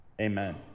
Amen